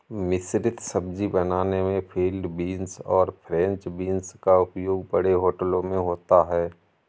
मिश्रित सब्जी बनाने में फील्ड बींस और फ्रेंच बींस का उपयोग बड़े होटलों में होता है